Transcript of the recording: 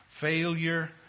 failure